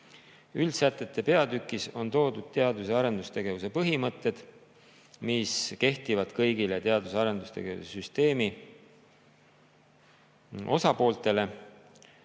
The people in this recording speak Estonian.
Üldsätete peatükis on toodud teadus- ja arendustegevuse põhimõtted, mis kehtivad kõigile teadus- ja arendustegevuse süsteemi osapooltele.